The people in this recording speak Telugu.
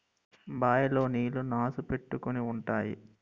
బాయ్ లో నీళ్లు నాసు పట్టేసి ఉంటాయి